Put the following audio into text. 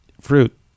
fruit